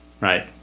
right